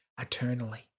eternally